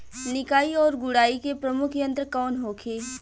निकाई और गुड़ाई के प्रमुख यंत्र कौन होखे?